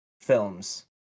films